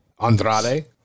Andrade